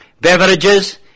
...beverages